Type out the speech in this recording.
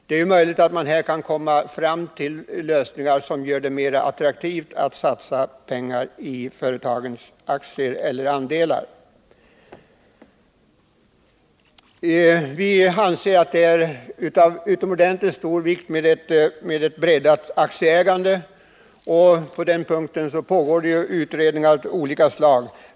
Det är möjligt att man därigenom kan komma fram till lösningar som gör det mera attraktivt att satsa pengar i aktier och andelar i företagen. Vi anser att det är av utomordentligt stor vikt att man kan uppnå ett breddat aktieägande, och i det avseendet pågår utredningar av olika slag.